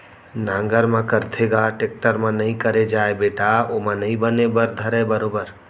नांगर म करथे ग, टेक्टर म नइ करे जाय बेटा ओमा नइ बने बर धरय बरोबर